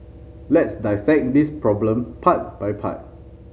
let's dissect this problem part by part